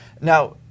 Now